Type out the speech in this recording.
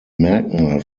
merkmal